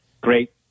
great